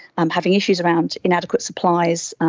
um having issues around inadequate supplies,